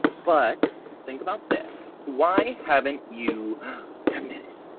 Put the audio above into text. but think about this, why haven't you committed?